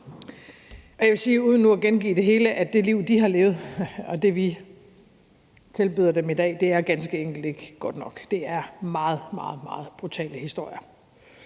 og jeg vil sige uden nu at gengive det hele, at det liv, de har levet, og det, vi tilbyder dem i dag, ganske enkelt ikke er godt nok. Det er meget brutale historier.